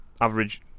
average